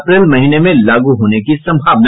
अप्रैल महीने में लागू होने की संभावना